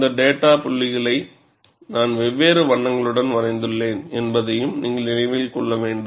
இந்த டேட்டா புள்ளிகளை நான் வெவ்வேறு வண்ணங்களுடன் வரைந்துள்ளேன் என்பதையும் நீங்கள் நினைவில் கொள்ள வேண்டும்